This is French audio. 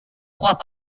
trois